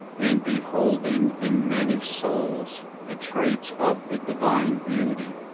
and beholding in many souls the traits of the divine beauty,